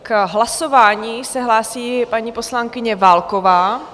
K hlasování se hlásí paní poslankyně Válková.